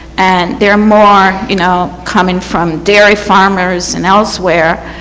and there are more you know coming from dairy farmers and elsewhere.